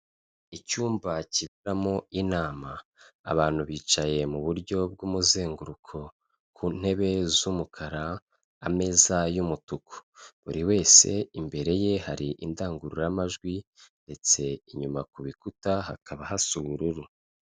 Icyumba kiberamo inama abantu bicaye mu buryo bw'umuzenguruko ku ntebe z'umukara ameza y'umutuku, buri wese imbere ye hari indangururamajwi ndetse inyuma ku bikuta hakaba hasa ubururu.